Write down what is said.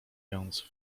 więc